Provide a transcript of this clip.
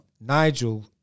Nigel